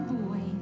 boy